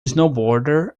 snowboarder